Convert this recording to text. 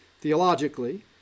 theologically